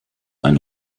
ein